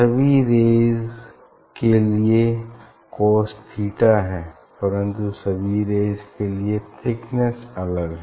सभी रेज़ के लिए कोस थीटा है परन्तु सभी रेज़ के लिए थिकनेस अलग है